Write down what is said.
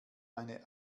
eine